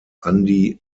andy